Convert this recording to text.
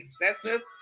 excessive